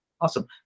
Awesome